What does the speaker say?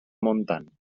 montant